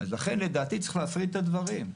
אז לכן לדעתי צריך להפריד את הדברים.